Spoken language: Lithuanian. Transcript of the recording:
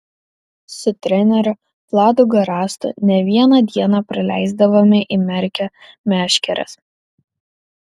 su treneriu vladu garastu ne vieną dieną praleisdavome įmerkę meškeres